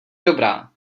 dobrá